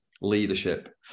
leadership